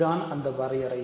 இதுதான் அந்த வரையறை